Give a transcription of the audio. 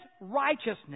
righteousness